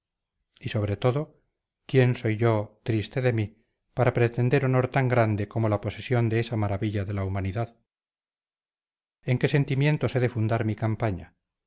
y sobre todo quién soy yo triste de mí para pretender honor tan grande como la posesión de esa maravilla de la humanidad en qué sentimientos he de fundar mi campaña